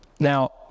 now